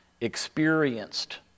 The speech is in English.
experienced